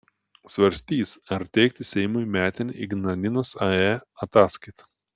svarstys ar teikti seimui metinę ignalinos ae ataskaitą